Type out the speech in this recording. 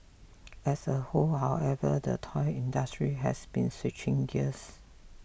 as a whole however the toy industry has been switching gears